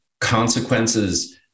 consequences